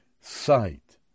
sight